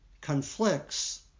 conflicts